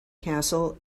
castle